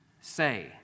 say